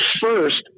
first